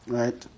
right